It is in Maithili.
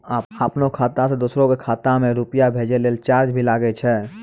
आपनों खाता सें दोसरो के खाता मे रुपैया भेजै लेल चार्ज भी लागै छै?